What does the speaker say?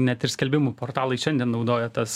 net ir skelbimų portalai šiandien naudoja tas